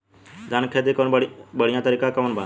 धान के खेती के बढ़ियां तरीका कवन बा?